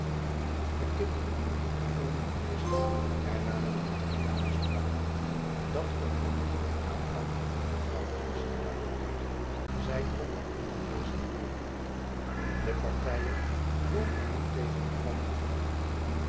de kinderen konden evenmin lezen hernamen de drie dames brown dat komt er niet op aan antwoordde mevrouw johnson parker weder zij konden onderwezen worden de partijen wogen nu tegen elkander op